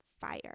fire